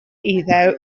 iddew